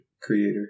creator